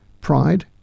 Pride